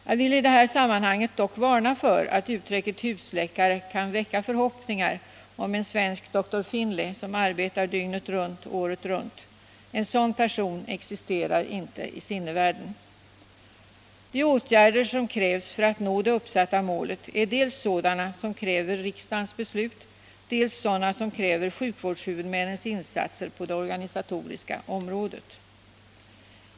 Jag vill i det här sammanhanget dock varna för att uttrycket husläkare kan väcka förhoppningar om en svensk doktor Finley, som arbetar dygnet runt, året runt. En sådan person existerar inte i sinnevärlden. De åtgärder som fordras för att nå det uppsatta målet är dels sådana som kräver riksdagens beslut, dels sådana som kräver sjukvårdshuvudmännens insatser på det organisatoriska området.